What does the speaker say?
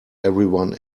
everyone